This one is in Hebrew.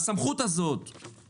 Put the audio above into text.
השירות המינימלי של משיכת מזומנים,